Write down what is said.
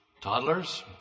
toddlers